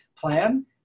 plan